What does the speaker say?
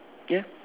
ya